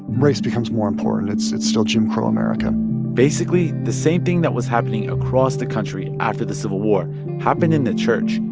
race becomes more important. it's it's still jim crow america basically, the same thing that was happening across the country after the civil war happened in the church.